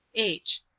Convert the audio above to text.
h.